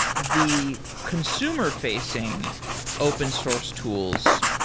the consumer-facing open source tools,